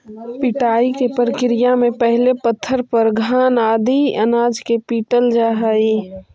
पिटाई के प्रक्रिया में पहिले पत्थर पर घान आदि अनाज के पीटल जा हइ